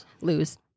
Lose